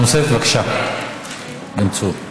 שאלה נוספת, בבקשה, בן צור.